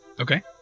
okay